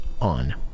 on